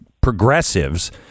progressives